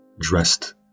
dressed